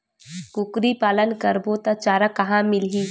कुकरी पालन करबो त चारा कहां मिलही?